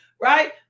right